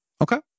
Okay